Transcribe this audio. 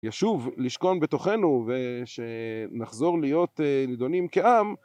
ישוב לשכון בתוכנו ושנחזור להיות נדונים כעם